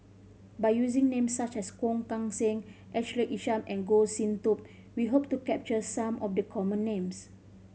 by using names such as Kong Kan Seng Ashley Isham and Goh Sin Tub we hope to capture some of the common names